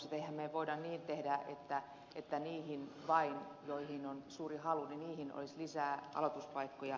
emmehän me voi niin tehdä että vain niihin ammatteihin joihin on suuri halu olisi lisää aloituspaikkoja